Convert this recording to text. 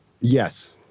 Yes